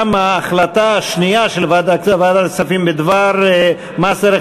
החלטת ועדת הכספים בדבר אישור הוראות בצו מס